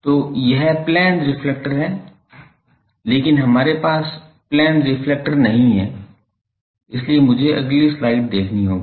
तो यह plane reflector है लेकिन हमारे पास प्लेन रिफ्लेक्टर नहीं है इसलिए मुझे अगली स्लाइड देखनी होगी